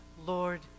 Lord